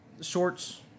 shorts